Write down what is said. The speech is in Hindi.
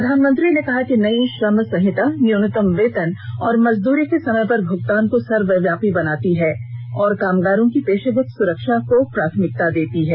प्रधानमंत्री ने कहा कि नई श्रम संहिता न्यूनतम वेतन और मजदूरी के समय पर भुगतान को सर्वव्यापी बनाती है और कामगारो की पेशेगत सुरक्षा को प्राथमिकता देती है